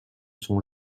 son